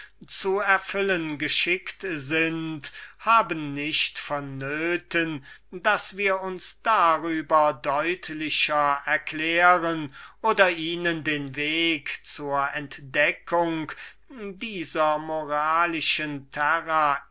zu erfüllen geschickt sind uns darüber deutlicher zu erklären oder ihnen den weg zur entdeckung dieser moralischen terra